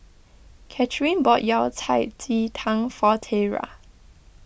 Kathrine bought Yao Cai Ji Tang for Tiera